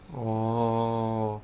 oh